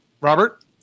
Robert